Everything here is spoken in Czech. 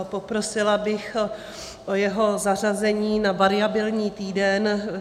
Poprosila bych o jeho zařazení na variabilní týden.